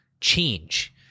change